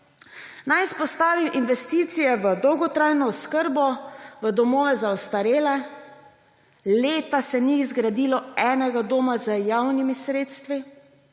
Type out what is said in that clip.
Naj izpostavim investicije v dolgotrajno oskrbo, v domove za ostarele. Leta se ni zgradilo enega doma z javnimi sredstvi.